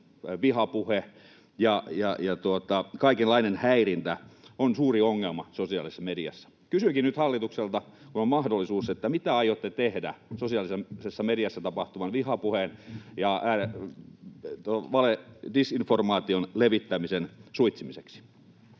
vihapuhe ja kaikenlainen häirintä on suuri ongelma sosiaalisessa mediassa. Kysynkin nyt hallitukselta, kun on mahdollisuus: mitä aiotte tehdä sosiaalisessa mediassa tapahtuvan vihapuheen ja disinformaation levittämisen suitsimiseksi?